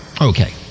Okay